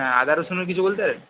হ্যাঁ আদা রসুনের কিছু বলতে